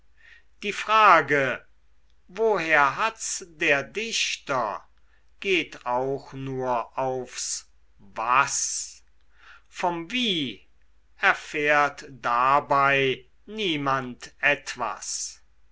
die frage woher hat's der dichter geht auch nur aufs was vom wie erfährt dabei niemand etwas